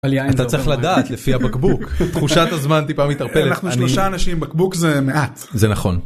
אתה צריך לדעת לפי הבקבוק, תחושת הזמן טיפה מתערפלת, אנחנו שלושה אנשים בקבוק זה מעט, זה נכון.